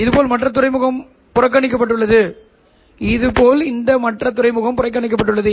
இதேபோல் இந்த மற்ற துறைமுகமும் புறக்கணிக்கப்பட்டுள்ளது